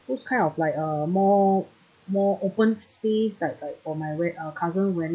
those kind of like a more more open space like like for my wed uh cousin wedding